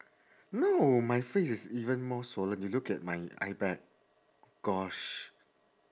no my face is even more swollen you look at my eye bag gosh